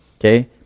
Okay